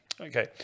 Okay